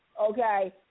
Okay